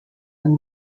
than